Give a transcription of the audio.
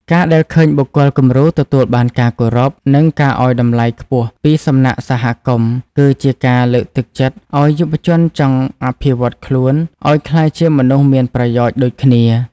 ការដែលឃើញបុគ្គលគំរូទទួលបានការគោរព និងការឱ្យតម្លៃខ្ពស់ពីសំណាក់សហគមន៍ គឺជាការលើកទឹកចិត្តឱ្យយុវជនចង់អភិវឌ្ឍខ្លួនឱ្យក្លាយជាមនុស្សមានប្រយោជន៍ដូចគ្នា។